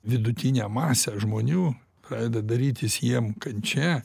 vidutinę masę žmonių pradeda darytis jiem kančia